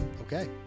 Okay